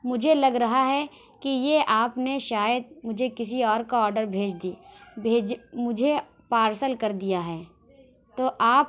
مجھے لگ رہا ہے کہ یہ آپ نے شاید مجھے کسی اور کا آڈر بھیج دی بھیج مجھے پارسل کر دیا ہے تو آپ